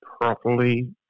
properly